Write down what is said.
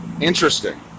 interesting